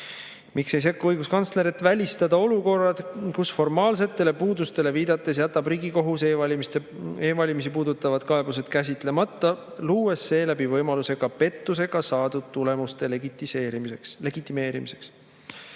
Miks ei sekku õiguskantsler, et välistada olukorrad, kus formaalsetele puudustele viidates jätab Riigikohus e-valimisi puudutavad kaebused käsitlemata, luues seeläbi võimaluse ka pettusega saadud tulemuste legitimeerimiseks?